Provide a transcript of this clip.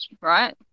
right